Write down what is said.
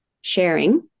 sharing